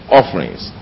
offerings